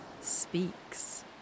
Speaks